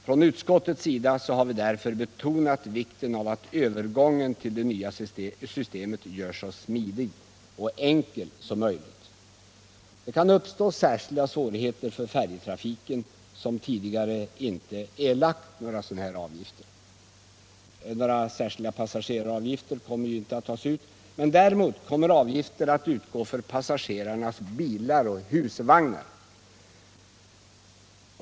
Från utskottets sida har vi därför betonat vikten av att övergången till det nya systemet görs så smidig och enkel som möjligt. Särskilda svårigheter kan uppstå för färjetrafiken, som tidigare inte erlagt några liknande avgifter. Några särskilda passageraravgifter kommer inte att tas ut, men däremot kommer avgifter att utgå för passagerarnas bilar och husvagnar.